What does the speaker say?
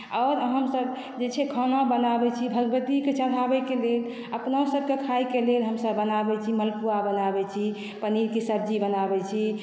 आओर हमसभ जे छै से खानो बनाबैत छी भगवतीके चढ़ाबैके लेल अपनो सबके खाइके लेल हमसभ बनाबैत छी मालपुआ बनाबैत छी पनीरके सब्जी बनाबैत छी